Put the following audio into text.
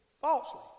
falsely